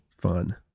fun